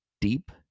deep